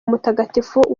mutagatifu